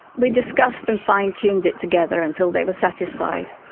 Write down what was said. we discussed and fine-tuned it together until they were satisfied.